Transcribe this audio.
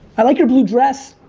i like your blue dress.